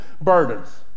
burdens